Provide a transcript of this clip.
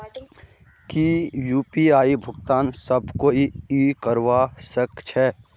की यु.पी.आई भुगतान सब कोई ई करवा सकछै?